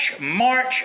March